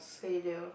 failure